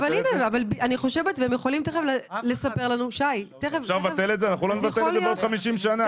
אנחנו לא נבטל את זה בעוד 50 שנים.